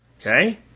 okay